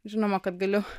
žinoma kad galiu